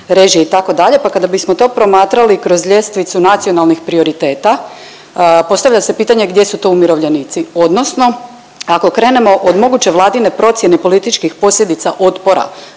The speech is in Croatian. pa kada bismo to promatrali kroz ljestvicu nacionalnih prioriteta postavlja se pitanje gdje su tu umirovljenici odnosno ako krenemo od moguće Vladine procjene političkih posljedica otpora,